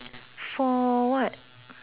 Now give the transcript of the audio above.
for what